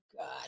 God